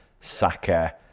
Saka